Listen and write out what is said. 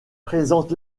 présente